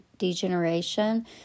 degeneration